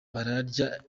bararya